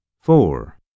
Four